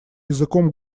языком